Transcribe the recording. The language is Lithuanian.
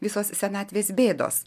visos senatvės bėdos